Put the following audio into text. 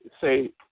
say